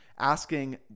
asking